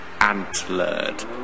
antlered